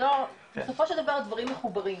בסופו של דבר הדברים מחוברים.